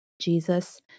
Jesus